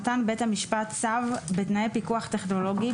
נתן בית המשפט צו בתנאי פיקוח טכנולוגי,